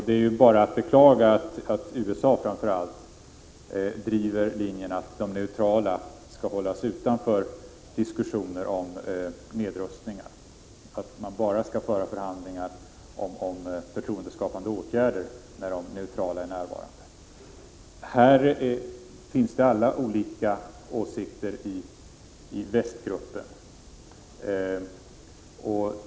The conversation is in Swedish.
Det är bara att beklaga att framför allt USA driver linjen att de neutrala skall hållas utanför diskussioner om nedrustning och att man bara skall föra förhandlingar om förtroendeskapande åtgärder när de neutrala är närvarande. Härvidlag finns alla åsikter företrädda i västgruppen.